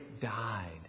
died